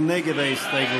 מי נגד ההסתייגות?